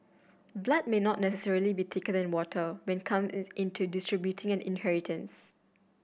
blood may not necessarily be thicker than water when come into distributing an inheritance